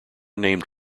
named